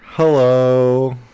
Hello